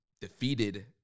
defeated